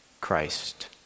Christ